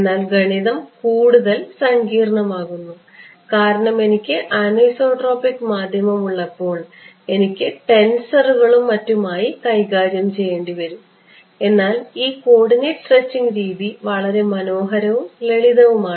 എന്നാൽ ഗണിതം കൂടുതൽ സങ്കീർണമാകുന്നു കാരണം എനിക്ക് ആനിസോട്രോപിക് മാധ്യമം ഉള്ളപ്പോൾ എനിക്ക് ടെൻസറുകളും മറ്റുമായി കൈകാര്യം ചെയ്യേണ്ടിവരും എന്നാൽ ഈ കോർഡിനേറ്റ് സ്ട്രെച്ചിംഗ് രീതി വളരെ മനോഹരവും ലളിതവുമാണ്